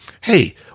hey